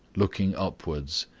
looking upwards.